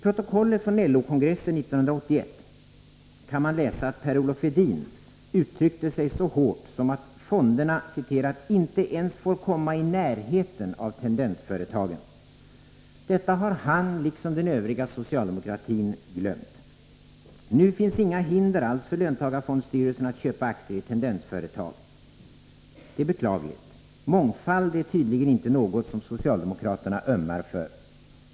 I protokollet från LO-kongressen 1981 kan man läsa att Per-Olof Edin uttryckte sig så hårt som att fonderna ”inte ens får komma i närheten” av tendensföretagen. Detta har han liksom den övriga socialdemokratin tydligen glömt. Nu finns inga hinder alls för löntagarfondsstyrelserna att köpa aktier i tendensföretagen. Detta är mycket beklagligt. Mångfald är tydligen inte något som socialdemokraterna ömmar för.